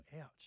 ouch